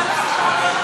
כמה נשאר לו?